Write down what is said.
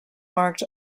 marked